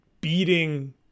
beating